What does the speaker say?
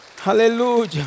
Hallelujah